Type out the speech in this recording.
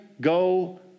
go